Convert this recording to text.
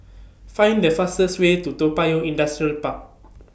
Find The fastest Way to Toa Payoh Industrial Park